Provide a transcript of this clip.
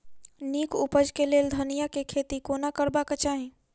नीक उपज केँ लेल धनिया केँ खेती कोना करबाक चाहि?